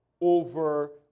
over